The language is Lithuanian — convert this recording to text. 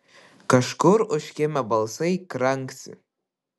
kažkur užkimę balsai kranksi